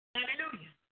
Hallelujah